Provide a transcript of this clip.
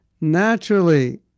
naturally